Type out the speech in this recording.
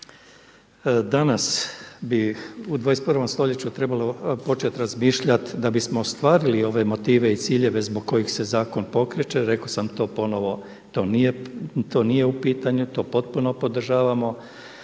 danas bi u 21. stoljeću trebalo početi razmišljati da bismo ostvarili ove motive i ciljeve zbog kojih se zakon pokreće, rekao sam ponovno, to nije u pitanju, to potpuno podržavamo